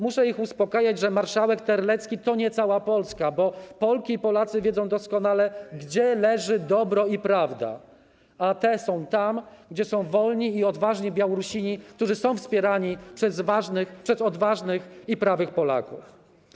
Muszę ich uspokajać, że marszałek Terlecki to nie cała Polska, bo Polki i Polacy wiedzą doskonale, gdzie leży dobro i prawda, a te są tam, gdzie są wolni i odważni Białorusini, którzy są wspierani przez odważnych i prawych Polaków.